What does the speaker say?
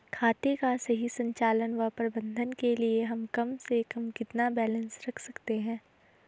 खाते का सही संचालन व प्रबंधन के लिए हम कम से कम कितना बैलेंस रख सकते हैं?